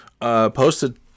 posted